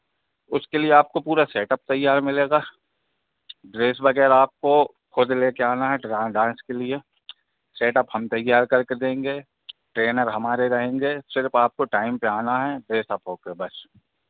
उसके लिए आपको पूरा सेट अप तैयार मिलेगा ड्रेस वगैरह आपको खुद लेकर आना है ड्रा डांस के लिए सेट अप हम तैयार करके देंगे ट्रेनर हमारे रहेंगे सिर्फ़ आपको टाइम पर आना है ड्रेस अप होकर बस